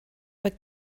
but